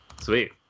Sweet